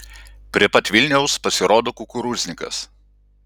prie pat vilniaus pasirodo kukurūznikas